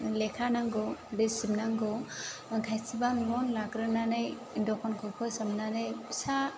लेखा नांगौ रिसिप्ट नांगौ खायसेबा लन लाग्रोनानै दखानखौ फोसाबनानै फिसा